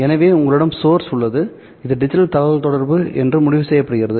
எனவே உங்களிடம் சோர்ஸ் உள்ளது இது டிஜிட்டல் தகவல்தொடர்பு என்று முடிவு செய்யப்படுகிறது